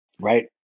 Right